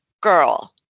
girl